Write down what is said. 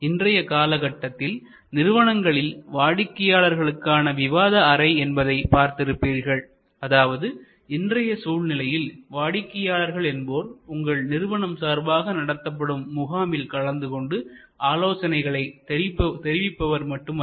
இன்றைய காலகட்டத்தில் நிறுவனங்களில் வாடிக்கையாளர்களுக்கான விவாத அறை என்பதை பார்த்து இருப்பீர்கள் அதாவது இன்றைய சூழ்நிலையில் வாடிக்கையாளர்கள் என்போர் உங்கள் நிறுவனம் சார்பாக நடத்தப்படும் முகாமில் கலந்துகொண்டு ஆலோசனைகளை தெரிவிப்பவர் மட்டுமல்ல